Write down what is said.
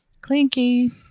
Clinky